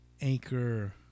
Anchor